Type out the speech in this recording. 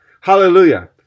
Hallelujah